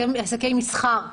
עסקי מסחר,